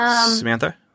Samantha